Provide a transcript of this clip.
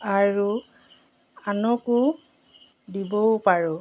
আৰু আনকো দিবও পাৰোঁ